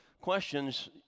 questions